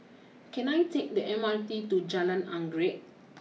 can I take the M R T to Jalan Anggerek